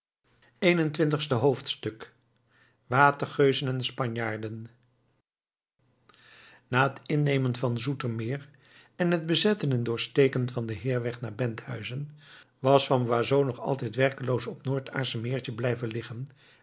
eenentwintigste hoofdstuk watergeuzen en spanjaarden na het innemen van zoetermeer en het bezetten en doorsteken van den heerweg naar benthuizen was van boisot nog altijd werkeloos op noord aasche meertje blijven liggen